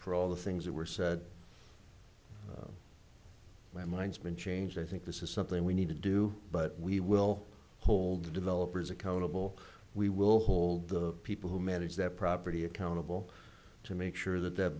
for all the things that were said my mind's been changed i think this is something we need to do but we will hold the developers accountable we will hold the people who manage that property accountable to make sure that that